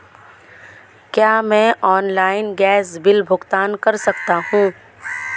क्या मैं online gas bill का भुगतान कर सकता हूँ?